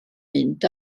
mynd